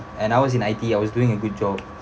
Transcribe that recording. and I was in I_T_E I was doing a good job